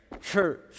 Church